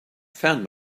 found